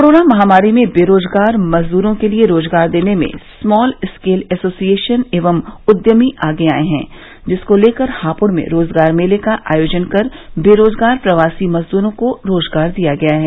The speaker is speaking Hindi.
कोरोना महामारी में बेरोजगार मजदूरों के लिए रोजगार देने में स्मॉल स्केल एसोसिएशन एवं उद्यमी आगे आए हैं जिसको लेकर हापुड़ में रोजगार मेले का आयोजन कर बेरोजगार प्रवासी मजदूरों को रोजगार दिया गया है